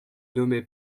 nommé